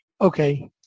okay